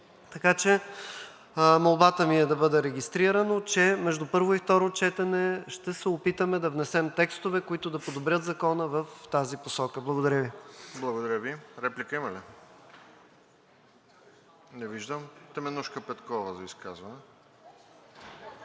Така че молбата ми е да бъде регистрирано, че между първо и второ четене, ще се опитаме да внесем текстове, които да подобрят Закона в тази посока. Благодаря Ви. ПРЕДСЕДАТЕЛ РОСЕН ЖЕЛЯЗКОВ: Благодаря Ви. Реплика има ли? Не виждам. Теменужка Петкова за изказване.